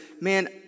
man